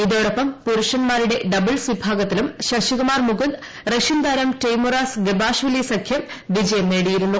ഇതോടൊപ്പം പുരുഷന്മാരുടെ ഡബിൾസ് പ്പിഭാഗത്തിലും ശശികുമാർ മുകുന്ദ് റഷ്യൻ താരം ടെയ്മൂറാസ് ഗബാഷ്വിലി സഖ്യം വിജയം നേടിയിരുന്നു